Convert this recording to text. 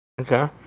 Okay